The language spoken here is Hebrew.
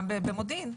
נכון, גם במודיעין.